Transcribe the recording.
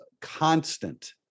constant